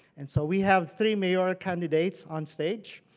and so we have three mayor candidates on stage.